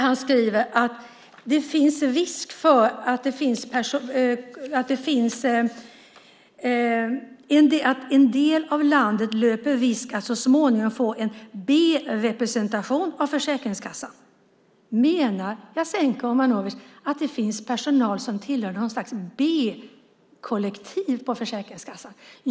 Han skriver att en del av landet löper risk att så småningom få en B-representation av Försäkringskassan. Menar Jasenko Omanovic att det finns personal som tillhör något slags B-kollektiv på Försäkringskassan?